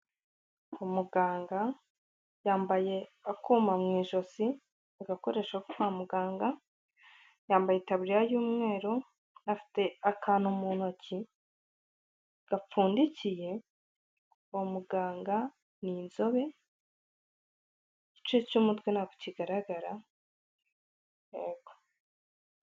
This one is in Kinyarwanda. Umuganga yambaye akuma mu ijosi agakoresho kwa muganga yambaye itaburiya y'umweru afite akantu mu ntoki gapfundikiye wa muganga ni inzobe igice cy'umutwe ntabwo kigaragara.